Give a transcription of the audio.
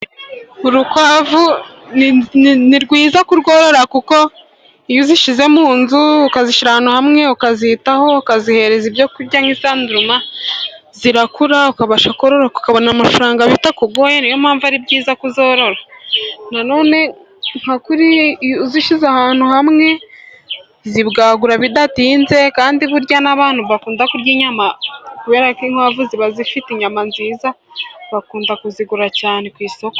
Urukwavu ni rwiza kurworora, kuko iyo uzishyize mu nzu ukazishyira ahantu hamwe, ukazitaho ukazihereza ibyo kurya nk'isanduruma, zirakura zikabasha kororoka ukabona amafaranga bitakugoye , niyo mpamvu ari byiza kuzororo. nanone uzishyize ahantu hamwe zibwagura bidatinze kandi burya n'abantu bakunda kurya inyama, kubera ko inkwavu ziba zifite inyama nziza bakunda kuzigura cyane ku isoko.